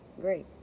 great